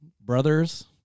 brothers